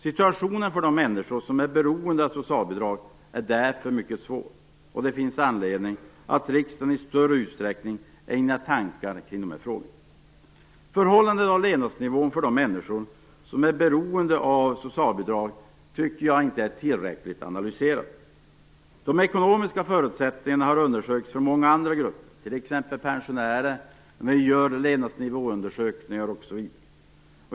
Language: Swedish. Situationen för de människor som är beroende av socialbidrag är därför mycket svår. Det finns anledning att riksdagen i större utsträckning ägnar tankar kring dessa frågor. Förhållandena och levnadsnivån för de människor som är beroende av socialbidrag är inte tillräckligt analyserade. De ekonomiska förutsättningarna har undersökts för många andra grupper t.ex. pensionärerna.